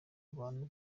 abantu